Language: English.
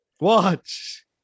Watch